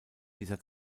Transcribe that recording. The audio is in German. dieser